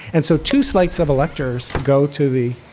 and so two slate so of electors go to the